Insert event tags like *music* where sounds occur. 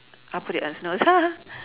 I'll put it on snooze *laughs*